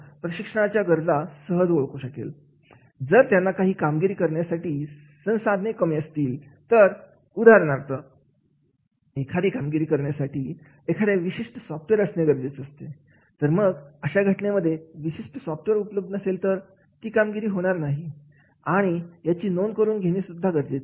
जर त्यांना काही कामगिरी करण्यासाठी संसाधने कमी असतील तर उदाहरणार्थ एखादी कामगिरी करण्यासाठी एखाद्या विशिष्ट सॉफ्टवेअर असणे गरजेचं असतं मग अशा घटनेमध्ये विशिष्ट सॉफ्टवेअर उपलब्ध नसेल तर ती कामगिरी होणार नाही याची नोंद करून घेणे गरजेचे आहे